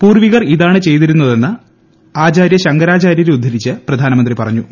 പൂർവികർ ഇതാണ് ചെയ്തിരുന്നതെന്ന് ആചാര്യ ശങ്കാരാചാര്യരെ ഉദ്ധരിച്ച് പ്രധാനമന്ത്രി പറഞ്ഞു